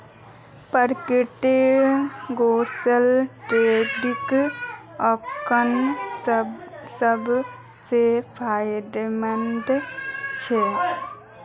प्राकृतिक गैसेर ट्रेडिंग अखना सब स फायदेमंद छ